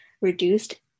reduced